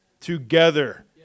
together